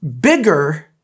bigger